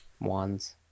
wands